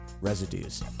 Residues